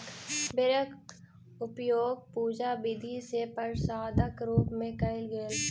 बेरक उपयोग पूजा विधि मे प्रसादक रूप मे कयल गेल